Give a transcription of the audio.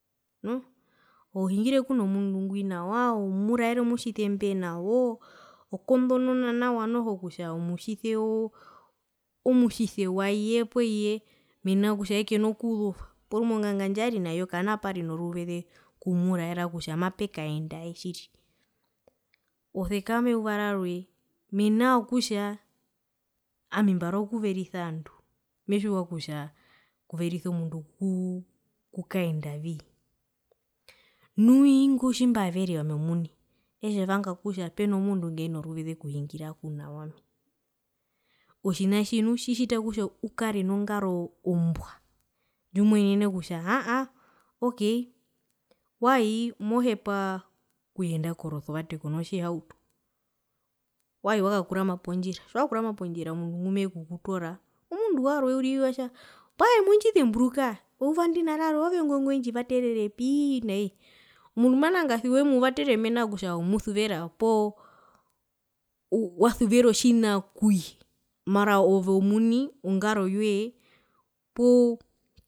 Ohungire kunomundu ngwi nawa omuraere omutjise mbwenawo okotonona nawa noho kutja omutjise waye poo ye porumwe onganga ndjari nayo kana pari noruveze okumuraera kutja mapekaendae tjiri osekama eyuva rawe menaa kutja ami mbarora okuverisa ovandu metjiwa kutja okuverisa omundu kuu kukaendavi nu ingu tjimbavere ami omuni etjevanga kutja peno mundu ngeno mundu nguno ruveze okuhingira kwenami otjina tji nu tjitjita ukare nongaro nongarombwa ndjimoenene kutja aaha ok wai mohepa okuyenda koresevate kona tjihauto wai wakakurama pondjira tjiwakurama omundu ngumekukutoora omundu warwe uriri atja mbwae mondjizemburuka eyuva ndina indo rarwe oove ngwi ngwendji vaterere pi nai, omundu managasi wemuvatere mena rokutja wemusuvvera poo wa wasuvere otjina kuye mara ove omuni ongaro yoye poo